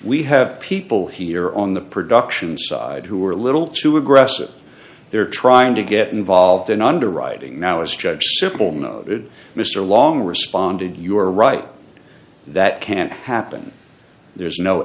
we have people here on the production side who are a little too aggressive they're trying to get involved in underwriting now as judge simple noted mr long responded you're right that can't happen there's no